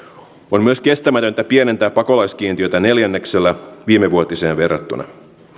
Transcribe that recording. on myös kestämätöntä pienentää pakolaiskiintiötä neljänneksellä viimevuotiseen verrattuna